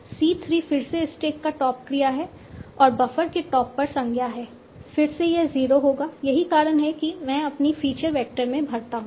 C 3 फिर से stack का टॉप क्रिया है और बफर के टॉप पर संज्ञा है फिर से यह 0 होगा यही कारण है कि मैं अपनी फीचर वेक्टर में भरता हूं